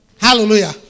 hallelujah